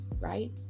right